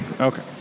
okay